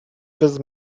bez